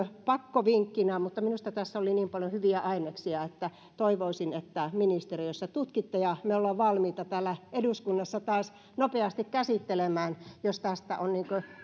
pakkovinkkinä mutta minusta tässä oli niin paljon hyviä aineksia että toivoisin että ministeriössä tämän tutkitte ja me olemme valmiita täällä eduskunnassa taas nopeasti käsittelemään jos tästä on